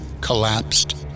collapsed